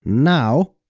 now,